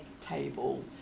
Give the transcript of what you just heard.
table